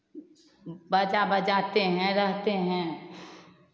बाजा बजाते हैं रहते हैं